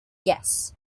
yes